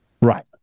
right